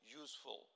useful